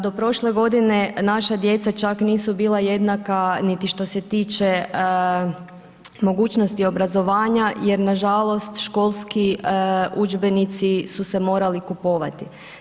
Do prošle godine, naša djeca čak nisu bila jednaka niti što se tiče mogućnosti obrazovanja, jer nažalost, školski udžbenici su se morali kupovati.